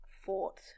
fought